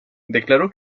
declaró